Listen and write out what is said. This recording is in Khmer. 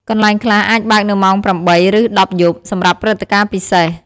កន្លែងខ្លះអាចបើកនៅម៉ោង ៨ ឬ ១០ យប់ សម្រាប់ព្រឹត្តិការណ៍ពិសេស។